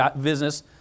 business